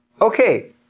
Okay